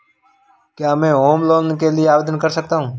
क्या मैं home loan के लिए आवेदन कर सकता हूं?